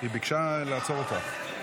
היא ביקשה לעצור אותך.